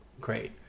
great